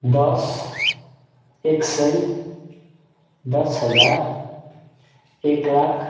दस एक सय दस हजार एक लाख